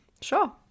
Sure